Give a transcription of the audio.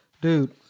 dude